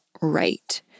right